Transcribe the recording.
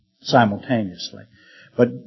simultaneously—but